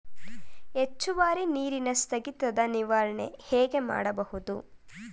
ಹೆಚ್ಚುವರಿ ನೀರಿನ ಸ್ಥಗಿತದ ನಿರ್ವಹಣೆ ಹೇಗೆ ಮಾಡಬಹುದು?